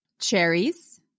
Cherries